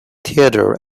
theodore